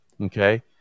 Okay